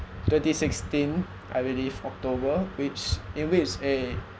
twenty sixteen I believe october which in which a